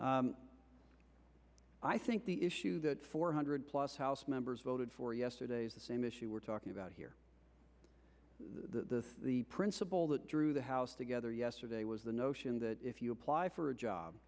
i think the issue that four hundred plus house members voted for yesterday's the same issue we're talking about here the the principle that drew the house together yesterday was the notion that if you apply for a job